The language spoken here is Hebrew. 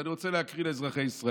אז אני רוצה להקריא לאזרחי ישראל: